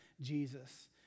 Jesus